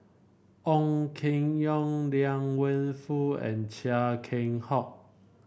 Ong Keng Yong Liang Wenfu and Chia Keng Hock